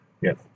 Yes